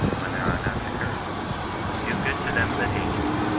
when there are none to curse do good to them that hate you,